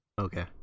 okay